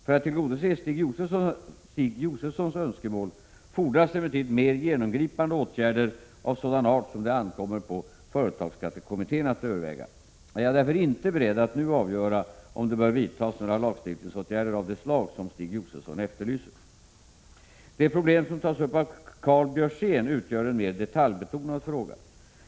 För att tillgodose Stig Josefsons önskemål fordras emellertid mer genomgripande åtgärder av sådan art som det ankommer på företagsskattekommittén att överväga. Jag är därför inte beredd att nu avgöra om det bör vidtagas några lagstiftningsåtgärder av det slag som Stig Josefson efterlyser. Det problem som tas upp av Karl Björzén utgör en mer detaljbetonad fråga.